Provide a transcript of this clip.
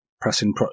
pressing